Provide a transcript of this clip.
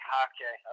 okay